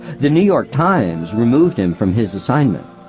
the new york times removed him from his assignment.